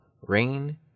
rain